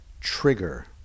trigger